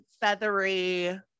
feathery